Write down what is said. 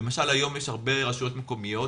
למשל היום יש הרבה רשויות מקומיות,